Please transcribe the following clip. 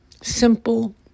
simple